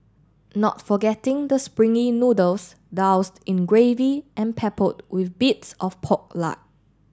not forgetting the springy noodles doused in gravy and peppered with bits of pork lard